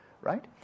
right